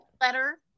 letter